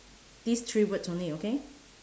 these three words only okay